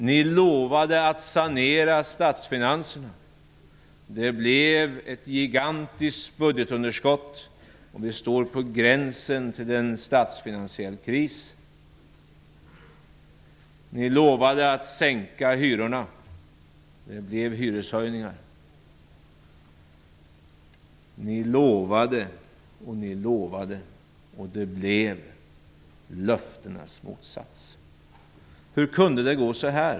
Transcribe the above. Ni lovade att sanera statsfinanserna. Det blev ett gigantiskt budgetunderskott. Vi står på gränsen till en statsfinansiell kris. Ni lovade att sänka hyrorna. Det blev hyreshöjningar. Ni lovade och ni lovade, och det blev löftenas motsats. Hur kunde det gå så här?